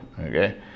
Okay